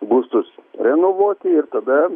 būstus renovuoti ir tada